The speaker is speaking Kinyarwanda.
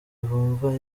bumva